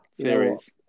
Series